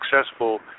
successful